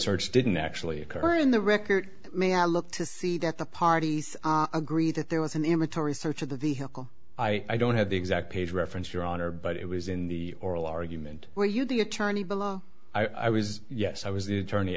search didn't actually occur in the record may i look to see that the parties agree that there was an image or research of the vehicle i don't have the exact page reference your honor but it was in the oral argument were you the attorney below i was yes i was the attorney